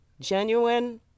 genuine